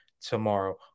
tomorrow